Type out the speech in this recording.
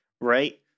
Right